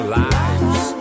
lives